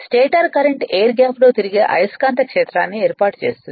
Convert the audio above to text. stator current air gap లో తిరిగే అయస్కాంత క్షేత్రాన్ని ఏర్పాటు చేస్తుంది